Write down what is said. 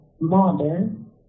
modern